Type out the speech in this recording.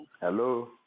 Hello